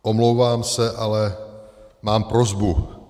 Omlouvám se, ale mám prosbu.